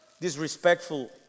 disrespectful